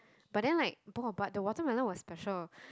but then like ball or but the watermelon was special